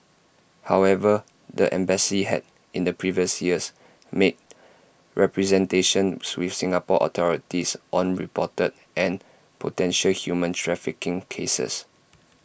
however the embassy had in the previous years made representations with Singapore authorities on reported and potential human trafficking cases